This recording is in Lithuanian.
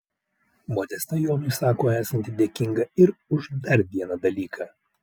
modesta jonui sako esanti dėkinga ir už dar vieną dalyką